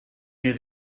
near